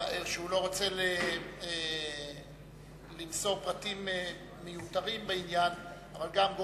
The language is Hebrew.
רוצה למסור פרטים מיותרים עליהם, אבל הוא